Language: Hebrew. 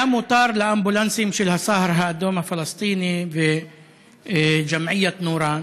היה מותר לאמבולנסים של "הסהר האדום" הפלסטיני וג'מעיית "נוראן"